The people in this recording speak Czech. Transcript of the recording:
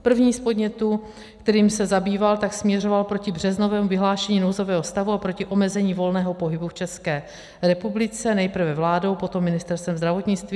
První z podnětů, kterými se zabýval, směřoval proti březnovému vyhlášení nouzového stavu a proti omezení volného pohybu v České republice nejprve vládou a potom Ministerstvem zdravotnictví.